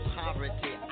poverty